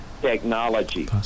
technology